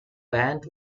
band